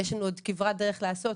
יש לנו עוד כברת דרך לעשות,